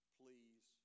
please